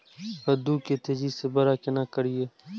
कद्दू के तेजी से बड़ा केना करिए?